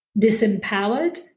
disempowered